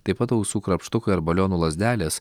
taip pat ausų krapštukai ar balionų lazdelės